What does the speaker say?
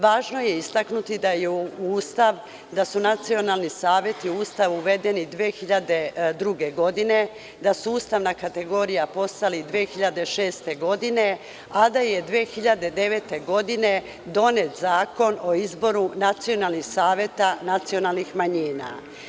Važno je istaći da su nacionalni saveti u Ustav uvedeni 2002. godine, da su ustavna kategorija postali 2006. godine, a da je 2009. godine donet Zakon o izboru nacionalnih saveta nacionalnih manjina.